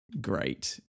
great